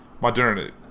modernity